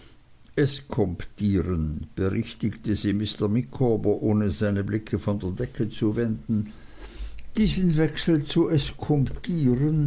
dafür eskomptieren berichtigte sie mr micawber ohne seine blicke von der decke zu wenden diesen wechsel zu